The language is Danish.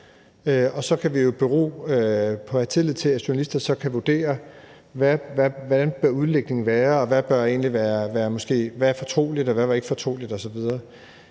på, at vi har tillid til, at journalister kan vurdere, hvordan udlægningen bør være, hvad der er fortroligt, og hvad der ikke er fortroligt osv.